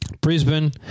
Brisbane